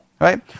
Right